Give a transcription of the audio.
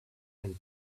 and